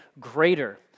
greater